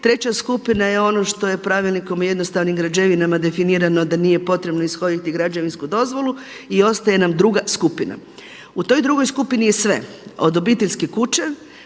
Treća skupina je ono što je Pravilnikom o jednostavnim građevinama definirano da nije potrebno ishoditi građevinsku dozvolu i ostaje nam druga skupina. U toj drugoj skupini je sve od obiteljske kuće,